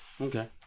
Okay